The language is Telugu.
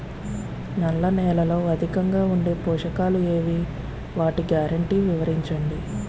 నల్ల నేలలో అధికంగా ఉండే పోషకాలు ఏవి? వాటి గ్యారంటీ వివరించండి?